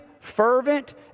fervent